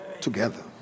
Together